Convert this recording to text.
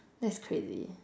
that's crazy